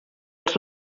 els